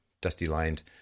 dusty-lined